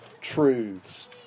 truths